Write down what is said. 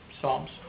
psalms